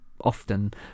often